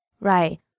Right